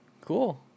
cool